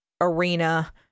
arena